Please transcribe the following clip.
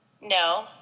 No